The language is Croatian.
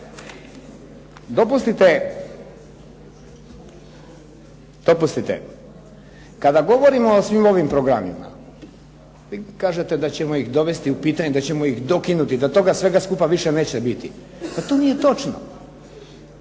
dopustite kada govorimo o svim ovim programima vi kažete da ćemo ih dovesti u pitanje, da ćemo ih dokinuti, da toga svega skupa više neće biti pa to nije točno.